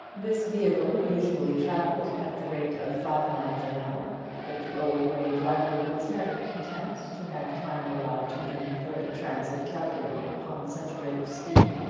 this vehicle usually travelled at the rate of five miles an hour but the old grey driver was never content to have time allowed to him for the transit calculated upon such a rate of speed.